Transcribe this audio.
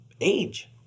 age